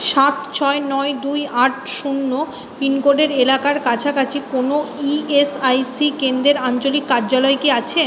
সাত ছয় নয় দুই আট শূন্য পিনকোডের এলাকার কাছাকাছি কোনও ইএসআইসি কেন্দ্রের আঞ্চলিক কার্যালয় কি আছে